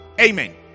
Amen